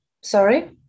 Sorry